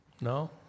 No